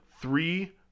three